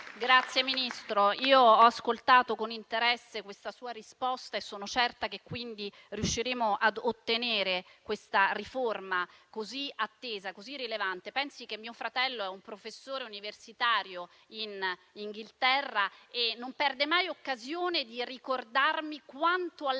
Signor Ministro, ho ascoltato con interesse questa sua risposta e sono certa, quindi, che riusciremo ad ottenere questa riforma così attesa e rilevante. Pensi che mio fratello, che è un professore universitario nel Regno Unito, non perde mai occasione di ricordarmi quanto all'estero